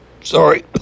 Sorry